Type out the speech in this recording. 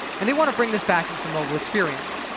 and they want to bring this back into the mobile experience.